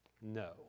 no